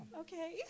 Okay